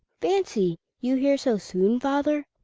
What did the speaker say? fancy! you here so soon, father?